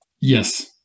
Yes